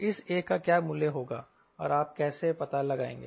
अब इस A का क्या मूल्य होगा और आप कैसे पता लगाएंगे